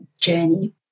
journey